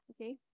Okay